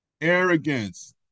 Arrogance